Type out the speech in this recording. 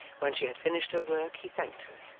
when she had finished her work he thanked her,